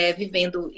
vivendo